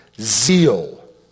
zeal